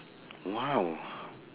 !wow!